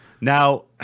Now